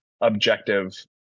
objective